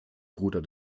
bruder